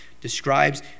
describes